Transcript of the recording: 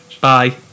Bye